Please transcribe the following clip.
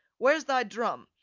where's thy drum?